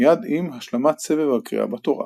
מייד עם השלמת סבב הקריאה בתורה.